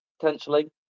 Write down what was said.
potentially